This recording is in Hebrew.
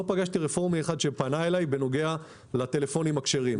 לא פגשתי רפורמי אחד שפהנ אליי בנוגע לטלפונים הכשרים.